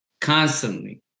Constantly